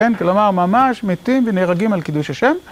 כן, כלומר, ממש מתים ונהרגים על קידוש השם.